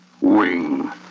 Wing